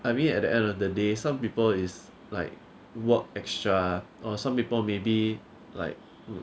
I mean at the end of the day some people is like work extra or some people maybe like